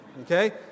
Okay